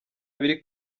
biri